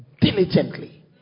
diligently